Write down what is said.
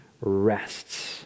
rests